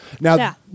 Now